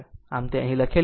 આમ તે અહીં લખેલું છે